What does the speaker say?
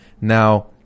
now